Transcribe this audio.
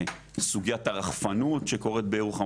סוגיית הרחפנות שקורית בירוחם,